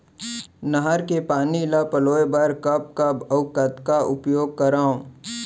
नहर के पानी ल पलोय बर कब कब अऊ कतका उपयोग करंव?